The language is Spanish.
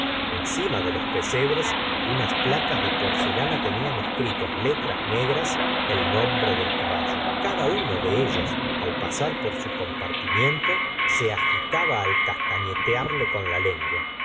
encima de los pesebres unas placas de porcelana tenían escrito en letras negras el nombre del caballo cada uno de ellos al pasar por su compartimento se agitaba al castañetearle con la lengua